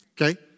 Okay